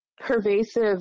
pervasive